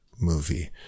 movie